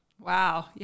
Wow